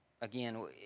Again